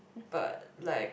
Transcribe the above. but like